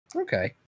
Okay